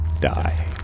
die